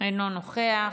אינו נוכח,